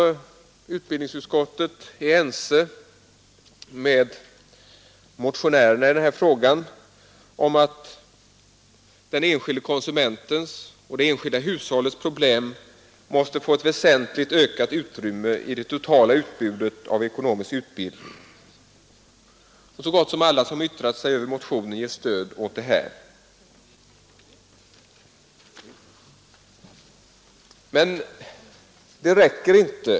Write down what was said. Utbildningsutskottet är ense med motionärerna om att den enskilde konsumentens och det enskilda hushållets problem måste få ett entligt ökat utrymme i det totala utbudet av ekonomisk utbildning. Så gott som alla som yttrat sig över motionen stöder också detta. Men det räcker inte.